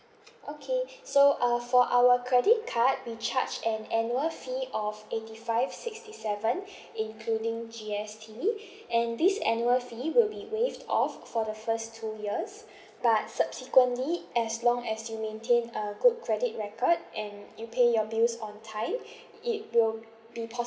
okay so uh for our credit card we charge an annual fee of eighty five sixty seven including G_S_T and this annual fee will be waived off for the first two years but subsequently as long as you maintain a good credit record and you pay your bills on time it will be possible